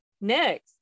next